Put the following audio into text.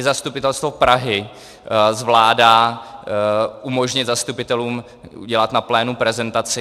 I zastupitelstvo Prahy zvládá umožnit zastupitelům udělat na plénu prezentaci.